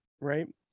right